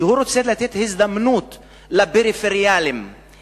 שרוצה לתת הזדמנות לפריפריאליים,